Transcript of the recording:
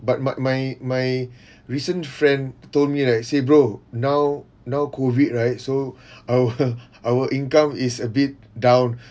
but my my my recent friend told me like say bro now now COVID right so our our income is a bit down